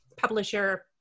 publisher